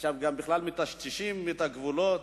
עכשיו בכלל מטשטשים את הגבולות,